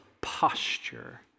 posture